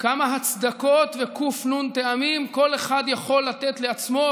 כמה הצדקות וק"נ טעמים כל אחד יכול לתת לעצמו,